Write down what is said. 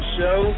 Show